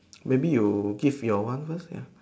maybe you give your one first ya